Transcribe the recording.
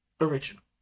original